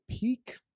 peak